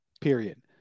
period